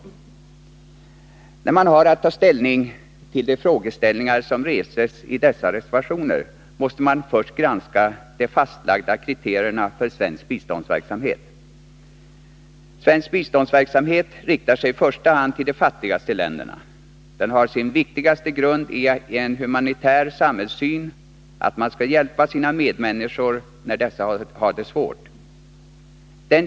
När man har att ta ställning till de frågor som reses i dessa reservationer måste man först granska de fastlagda kriterierna för svensk biståndsverksamhet. Svensk biståndsverksamhet riktar sig i första hand till de fattigaste länderna. Den har sin viktigaste grund i en humanitär samhällssyn, att man skall hjälpa sina medmänniskor när dessa har det svårt.